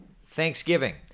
Thanksgiving